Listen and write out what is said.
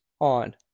on